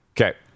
Okay